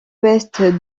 ouest